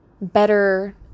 better